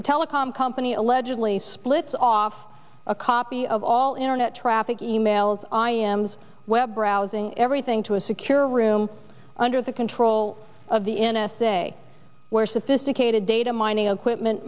the telecom company allegedly splits off a copy of all internet traffic e mails i m's web browsing everything to a secure room under the control of the n s a where sophisticated data mining equipment